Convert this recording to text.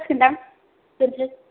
जासिगोनदां दोननोसै